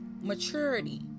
maturity